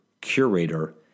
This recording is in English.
curator